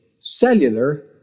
cellular